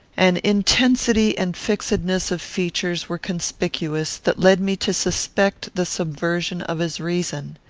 an intensity and fixedness of features were conspicuous, that led me to suspect the subversion of his reason.